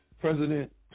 President